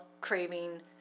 craving